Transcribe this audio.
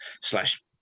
slash